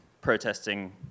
protesting